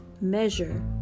measure